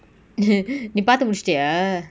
நீ பாத்து முடிச்சிட்டியா:nee paathu mudichitiya